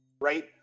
Right